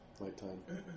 nighttime